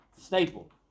Staple